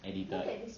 editor